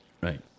Right